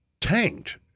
tanked